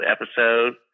episode